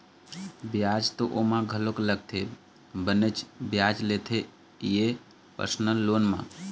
बियाज तो ओमा घलोक लगथे बनेच बियाज लेथे ये परसनल लोन म